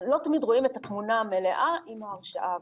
לא תמיד רואים את התמונה המלאה עם ההרשעה.